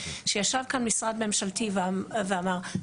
שישב כאן משרד ממשלתי ואמר,